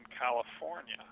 California